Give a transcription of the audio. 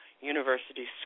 University